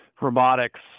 robotics